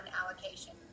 allocation